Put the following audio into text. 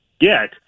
get